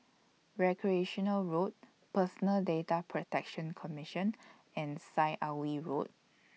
Recreation Road Personal Data Protection Commission and Syed Alwi Road